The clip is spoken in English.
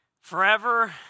Forever